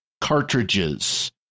cartridges